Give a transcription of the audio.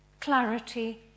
clarity